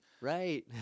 Right